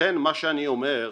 לכן מה שאני אומר,